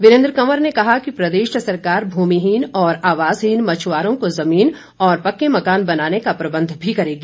वीरेन्द्र कंवर ने कहा कि प्रदेश सरकार भूमिहीन और आवासहीन मछुआरों को जुमीन और पक्के मकान बनाने का प्रबंध भी करेगी